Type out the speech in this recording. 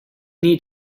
need